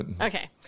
Okay